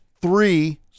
three